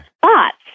Thoughts